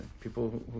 people